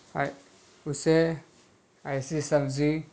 اسے ایسی سبزی